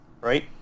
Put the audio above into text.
Right